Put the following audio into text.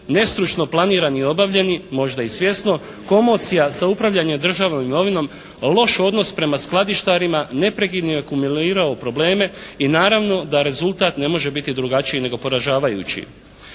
nestručno planiran i obavljeni, možda i svjesno, komocija sa upravljanjem državnom imovinom, loš odnos prema skladištarima, neprekidno je akumulirao probleme i naravno da rezultat ne može biti drugačiji nego poražavajući.